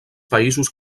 països